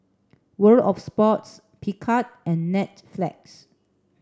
World Of Sports Picard and Netflix